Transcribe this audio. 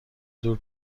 دور